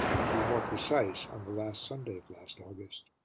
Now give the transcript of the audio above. to be more precise, on the last sunday of last august.